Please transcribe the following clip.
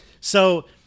So-